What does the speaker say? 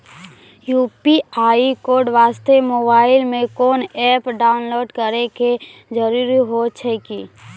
UPI code वास्ते mobile मे कोय एप्प डाउनलोड करे के जरूरी होय छै की?